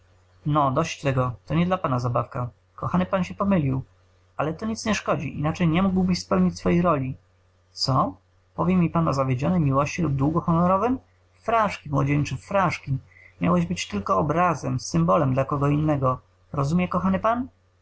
no dość tego to nie dla pana zabawka kochany pan się pomylił ale to nic nie szkodzi inaczej nie mógłbyś spełnić swej roli co powie mi pan o zawiedzionej miłości lub długu honorowym fraszki młodzieńcze fraszki miałeś być tylko obrazem symbolem dla kogo innego rozumie kochany pan